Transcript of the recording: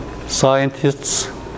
scientists